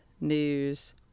news